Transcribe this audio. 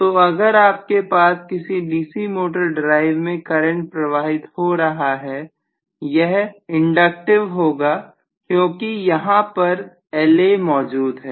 तो अगर आपके पास किसी डीसी मोटर ड्राइव में करंट प्रवाहित हो रहा है यह इंडस होगा क्योंकि यहां पर La मौजूद है